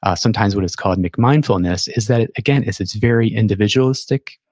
ah sometimes what is called mcmindfulness is that again, it's it's very individualistic,